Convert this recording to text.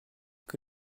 que